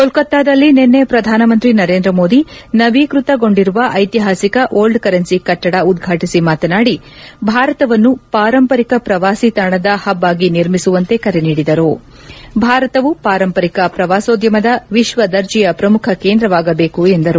ಕೋಲ್ಲತಾದಲ್ಲಿ ನಿನ್ನೆ ಪ್ರಧಾನಮಂತ್ರಿ ನರೇಂದ್ರಮೋದಿ ನವೀಕೃತಗೊಂಡಿರುವ ಐತಿಹಾಸಿಕ ಓಲ್ಡ್ ಕರೆನ್ನಿ ಕಟ್ಟಡ ಉದ್ಘಾಟಿಸಿ ಮಾತನಾಡಿ ಭಾರತವನ್ನು ಪಾರಂಪರಿಕ ಪ್ರವಾಸಿ ತಾಣದ ಆಗಿ ನಿರ್ಮಿಸುವಂತೆ ಕರೆ ನೀಡಿ ಭಾರತವು ಪಾರಂಪರಿಕ ಪ್ರವಾಸೋದ್ಗಮದ ವಿಶ್ವದರ್ಜೆಯ ಪ್ರಮುಖ ಕೇಂದ್ರವಾಗಬೇಕು ಎಂದು ಹೇಳಿದರು